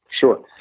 Sure